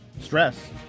stress